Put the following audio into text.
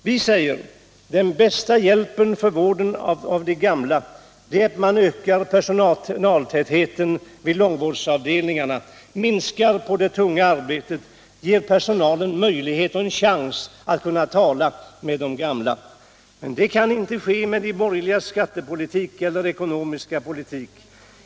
Vi säger: Den bästa hjälpen för vården av de gamla är att man ökar personaltätheten vid långvårdsavdelningarna, minskar det tunga arbetet, ger personalen möjlighet och en chans att tala med de gamla. Men det kan inte ske med de borgerligas skattepolitik eller ekonomiska politik.